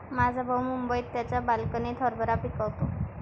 माझा भाऊ मुंबईत त्याच्या बाल्कनीत हरभरा पिकवतो